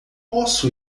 posso